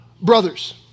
Brothers